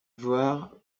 voir